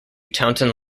taunton